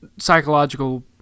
psychological